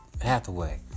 Hathaway